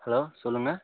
hello சொல்லுங்கள்